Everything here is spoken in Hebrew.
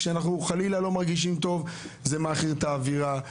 כשאנחנו חלילה לא מרגישים טוב זה מעכיר את האווירה.